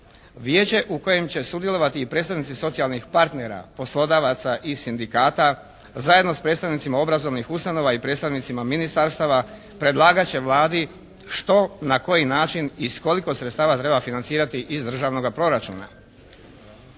Vijeće u kojem će sudjelovati i predstavnici socijalnih partnera, poslodavaca i sindikata zajedno sa predstavnicima obrazovnih ustanova i predstavnicima ministarstava predlagat će Vladi što na koji način i s koliko sredstava treba financirati iz državnoga proračuna.